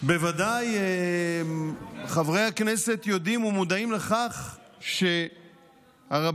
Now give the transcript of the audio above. בוודאי חברי הכנסת יודעים ומודעים לכך שהרבנים